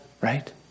right